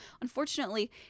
unfortunately